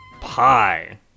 Pie